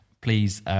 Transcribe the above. Please